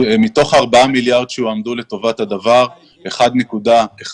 מתוך ארבעה מיליארד שהועמדו לטובת הדבר, 1.1